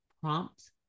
prompt